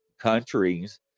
countries